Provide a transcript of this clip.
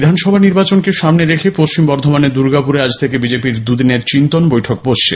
বিধানসভা নির্বাচনকে সামনে রেখে পশ্চিম বর্ধমানের দুর্গাপুরে আজ খেকে বিজেপি র দুদিনের চিন্তন বৈঠক বসছে